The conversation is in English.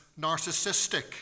narcissistic